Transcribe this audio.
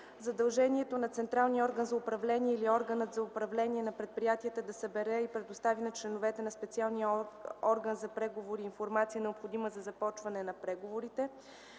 задължението на централния орган за управление или органът за управление на предприятието да събере и предостави на членовете на специалния орган за преговори, информация, необходима за започване на преговорите;